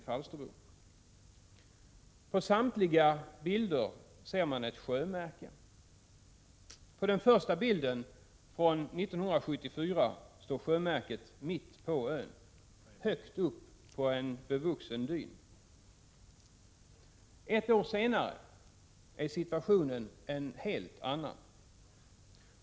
På samtliga bilder ser man ett sjömärke. På den första bilden, från 1974, står sjömärket mitt på ön, högt uppe på en bevuxen dyn. Ett år senare är situationen en helt annan.